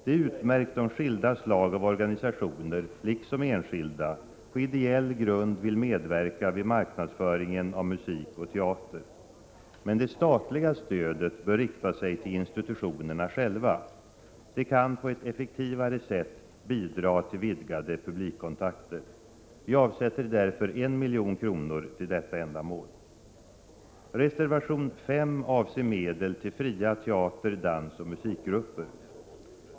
Det är utmärkt om skilda slag av organisationer liksom enskilda på ideell grund vill medverka vid marknadsföringen av musik och teater. Men det statliga stödet bör rikta sig till institutionerna själva. De kan på ett effektivare sätt bidra till vidgade publikkontakter. Vi avsätter därför 1 milj.kr. till detta ändamål. Reservation 5 avser medel till fria teater-, dansoch musikgrupper.